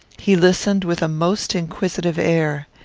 he listened with a most inquisitive air.